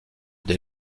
des